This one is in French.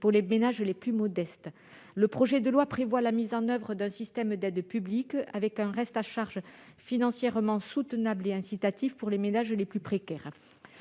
pour les ménages les plus modestes. Le projet de loi prévoit la mise en oeuvre d'un système d'aides publiques et un reste à charge financièrement soutenable et incitatif pour les ménages les plus précaires.